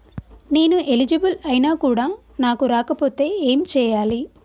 నేను ఎలిజిబుల్ ఐనా కూడా నాకు రాకపోతే ఏం చేయాలి?